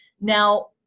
Now